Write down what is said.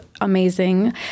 amazing